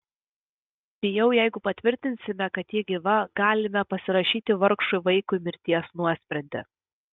bijau jeigu patvirtinsime kad ji gyva galime pasirašyti vargšui vaikui mirties nuosprendį